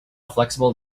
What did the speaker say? flexible